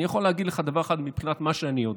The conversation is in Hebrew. אני יכול להגיד לך דבר אחד מבחינת מה שאני יודע,